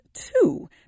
two